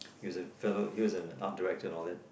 he was a fellow he was an art director and all that